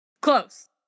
Close